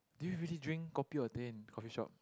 do you really drink kopi or teh in coffee shop